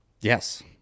Yes